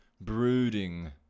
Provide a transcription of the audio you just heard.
brooding